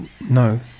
No